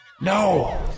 No